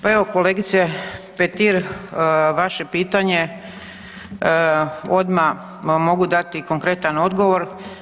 Pa evo kolegice Petir vaše pitanje odmah vam mogu dati i konkretan odgovor.